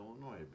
Illinois